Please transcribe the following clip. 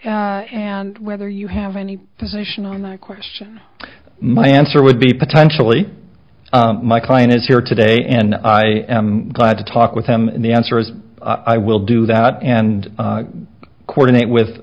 and whether you have any position on that question my answer would be potentially my client is here today and i am glad to talk with him and the answer is i will do that and coordinate